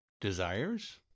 desires